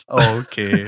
Okay